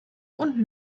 und